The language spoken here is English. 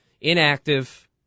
inactive